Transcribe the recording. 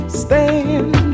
stand